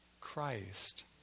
Christ